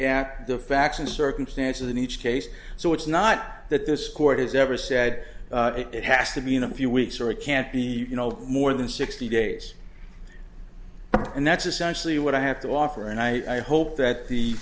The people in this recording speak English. at the facts and circumstances in each case so it's not that this court has ever said it has to be in a few weeks or it can't be you know more than sixty days and that's essentially what i have to offer and i hope that the